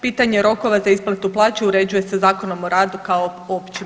Pitanje rokova za isplatu plaće uređuje se Zakonom o radu kao općim